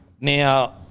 Now